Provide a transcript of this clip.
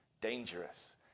dangerous